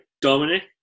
Dominic